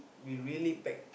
be really packed